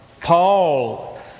Paul